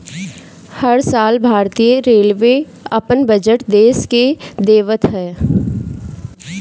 हर साल भारतीय रेलवे अपन बजट देस के देवत हअ